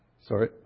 Sorry